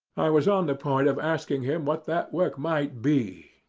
i was on the point of asking him what that work might be,